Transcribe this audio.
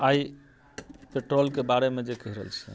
आइ पेट्राॅलके बारेमे जे कहि रहल छिअनि